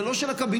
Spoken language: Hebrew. זה לא של הקבינט,